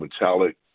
metallic